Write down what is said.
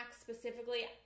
specifically